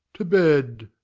to bed.